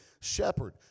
shepherd